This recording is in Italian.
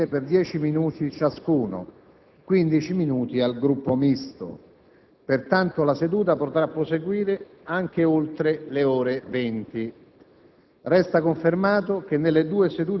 I Gruppi potranno intervenire per 10 minuti ciascuno (15 minuti al Gruppo misto). Pertanto la seduta potrà proseguire anche oltre le ore 20.